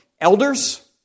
elders